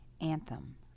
Anthem